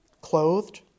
clothed